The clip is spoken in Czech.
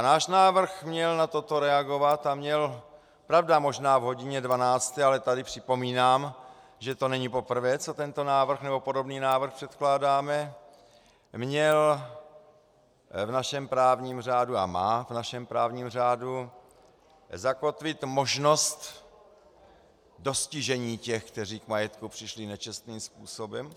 Náš návrh měl na toto reagovat a měl, pravda, možná v hodině dvanácté, ale tady připomínám, že to není poprvé, co tento nebo podobný návrh předkládáme, měl v našem právním řádu a má v našem právním řádu zakotvit možnost dostižení těch, kteří k majetku přišli nečestným způsobem.